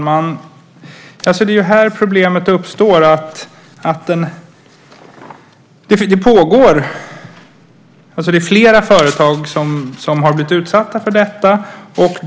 Fru talman! Det är här problemet uppstår. Det är flera företag som har blivit utsatta för detta.